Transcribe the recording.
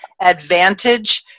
advantage